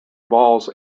balls